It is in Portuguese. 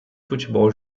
futebol